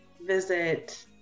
visit